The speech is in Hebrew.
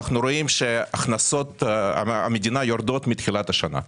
אנחנו רואים שהכנסות המדינה יורדות מתחילת השנה.